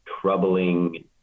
troubling